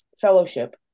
Fellowship